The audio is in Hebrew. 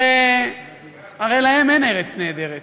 הרי להם אין ארץ נהדרת,